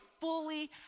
fully